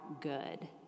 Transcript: good